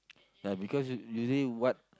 ya because u~ usually what